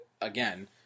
again